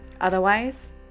Otherwise